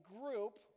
group